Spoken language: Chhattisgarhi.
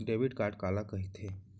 डेबिट कारड काला कहिथे?